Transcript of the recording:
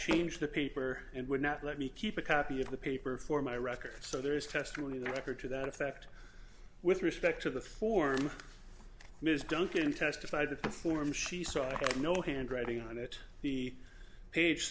change the paper and would not let me keep a copy of the paper for my records so there is testimony in the record to that effect with respect to the form ms duncan testified that the form she saw no handwriting on it the page